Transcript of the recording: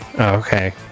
Okay